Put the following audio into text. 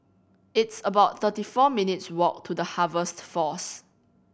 it's about thirty four minutes' walk to The Harvest Force